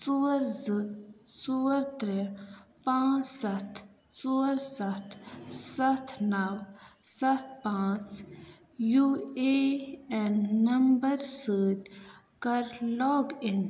ژور زٕ ژور ترٛےٚ پانٛژ ستھ ژور ستھ ستھ نو ستھ پانٛژ یوٗ اے این نمبر سۭتۍ کَر لاگ اِن